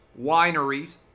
wineries